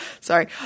Sorry